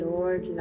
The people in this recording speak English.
Lord